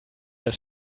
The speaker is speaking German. das